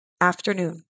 afternoon